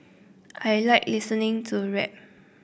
I like listening to rap